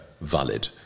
valid